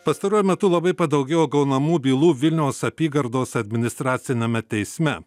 pastaruoju metu labai padaugėjo gaunamų bylų vilniaus apygardos administraciniame teisme